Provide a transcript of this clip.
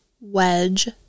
wedge